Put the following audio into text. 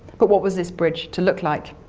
but what was this bridge to look like?